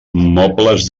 mobles